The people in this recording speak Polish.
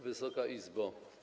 Wysoka Izbo!